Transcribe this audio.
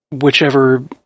whichever